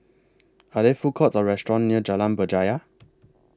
Are There Food Courts Or restaurants near Jalan Berjaya